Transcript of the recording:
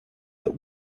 that